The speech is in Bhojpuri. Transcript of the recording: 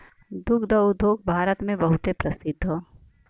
दुग्ध उद्योग भारत मे बहुते प्रसिद्ध हौ